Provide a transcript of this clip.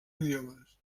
idiomes